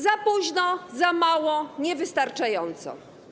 Za późno, za mało, niewystarczająco.